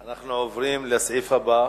אנחנו עוברים לסעיף הבא.